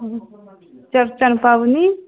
चौरचन पाबनि